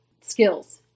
skills